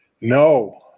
No